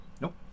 Nope